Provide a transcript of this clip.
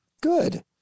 Good